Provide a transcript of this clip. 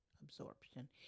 Absorption